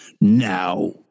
now